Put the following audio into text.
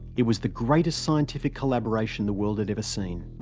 it was the greatest scientific collaboration the world had ever seen.